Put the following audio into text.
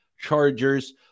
chargers